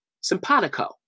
simpatico